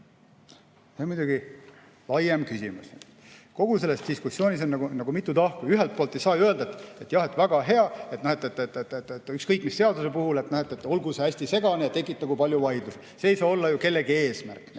See on muidugi laiem küsimus. Kogu selles diskussioonis on mitu tahku. Ühelt poolt ei saa ju öelda, et jah, väga hea, ükskõik mis seaduse puhul, et näete, olgu see hästi segane ja tekitagu palju vaidlust. See ei saa olla ju kellegi eesmärk.